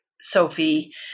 Sophie